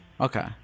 Okay